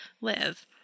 live